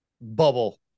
bubble